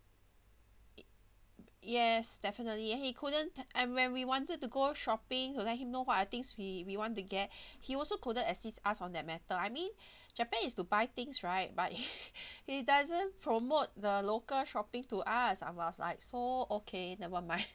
he yes definitely ya he couldn't tell and when we wanted to go shopping we let him know what are the things we we want to get he also couldn't assist us on that matter I mean japan is to buy things right but he doesn't promote the local shopping to us I was like so okay never mind